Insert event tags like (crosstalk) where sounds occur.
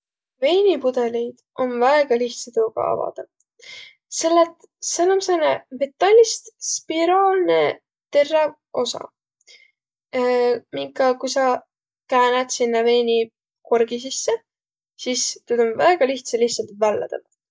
Veinipudõliid om väega lihtsä tuuga avada, selle et sääl om sääne metallist spiraalne terräv osa, (hesitation) minka kui sa käänät sinnäq veinikorgi sisse, sis tuud om väega lihtsa lihtsalt vällä võttaq.